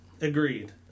Agreed